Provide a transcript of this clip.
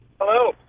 Hello